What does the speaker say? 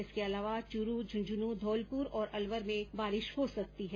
इसके अलावा चूरू झुंझुनूं धौलपुर और अलवर में बारिश हो सकती है